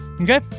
Okay